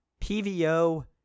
PVO